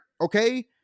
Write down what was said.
Okay